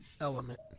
element